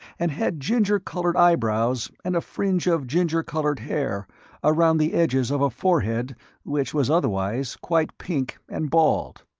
and had ginger-colored eyebrows and a fringe of ginger-colored hair around the edges of a forehead which was otherwise quite pink and bald.